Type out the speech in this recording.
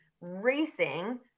racing